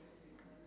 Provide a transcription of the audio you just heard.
okay